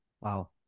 Wow